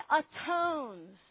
atones